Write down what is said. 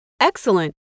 Excellent